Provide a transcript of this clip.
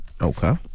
Okay